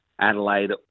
Adelaide